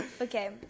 Okay